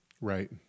Right